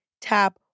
tap